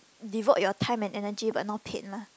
devote your time and energy but not paid lah